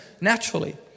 naturally